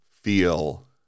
feel